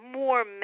more